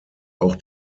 auch